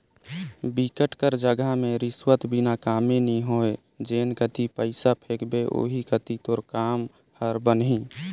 बिकट कर जघा में रिस्वत बिना कामे नी होय जेन कती पइसा फेंकबे ओही कती तोर काम हर बनही